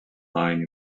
lying